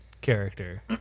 character